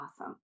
awesome